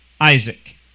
Isaac